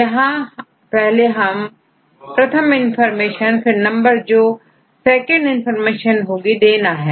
यहां पहले हमें प्रथम इंफॉर्मेशन फिर नंबर जो सेकंड इंफॉर्मेशन होगी देना है